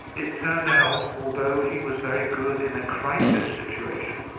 it turned out, although he was very good in a crisis situation,